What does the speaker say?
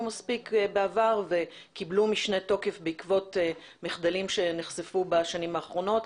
מספיק בעבר וקיבלו משנה תוקף בעקבות מחדלים שנחשפו בשנים האחרונות,